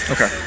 Okay